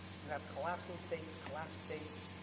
you have collapsing states, collapsed states,